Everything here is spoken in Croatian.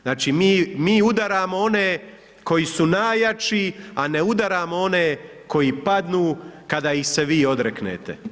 Znači mi udaramo one koji su najjači, a ne udaramo one koji padnu, kada ih se vi odreknete.